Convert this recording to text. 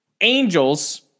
Angels